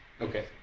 Okay